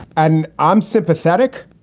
and i'm sympathetic,